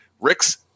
Rick's